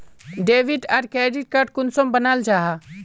Debit आर credit card कुंसम बनाल जाहा?